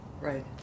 Right